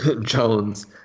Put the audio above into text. Jones